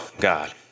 God